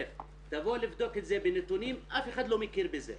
תבוא לבדוק את זה בנתונים, אף אחד לא מכיר בזה,